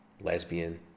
lesbian